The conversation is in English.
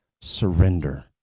surrender